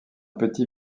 petit